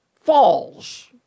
falls